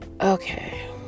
okay